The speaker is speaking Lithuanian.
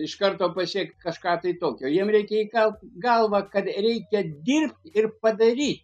iš karto pasiekt kažką tai tokio jiem reikia įkalt į galvą kad reikia dirbt ir padaryt